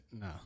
no